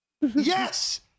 Yes